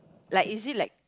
like is it like